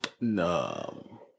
No